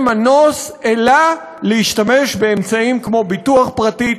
מנוס מלהשתמש באמצעים כמו ביטוח פרטי,